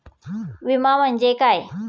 विमा म्हणजे काय?